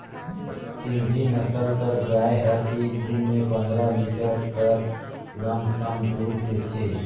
सिंघी नसल कर गाय हर एक दिन में पंदरा लीटर कर लमसम दूद देथे